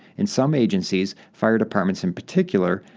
in some agencies, fire departments in particular,